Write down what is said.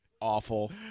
Awful